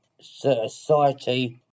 Society